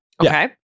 Okay